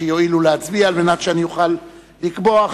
שיואילו להצביע על מנת שאוכל לקבוע.